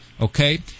Okay